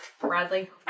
Bradley